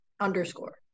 underscore